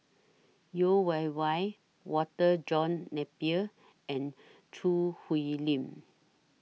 Yeo Wei Wei Walter John Napier and Choo Hwee Lim